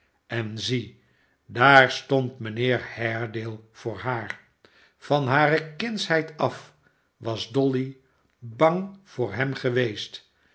en zie daar stond mijnheer haredale voor haar van hare kindsheid af was dolly bang voor hem geweest